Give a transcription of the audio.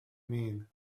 mean